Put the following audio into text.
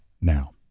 now